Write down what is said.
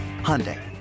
Hyundai